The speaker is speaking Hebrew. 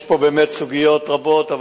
יש פה באמת סוגיות רבות,